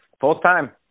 full-time